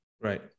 Right